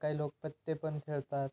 काही लोक पत्ते पण खेळतात